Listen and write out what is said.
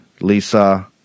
Lisa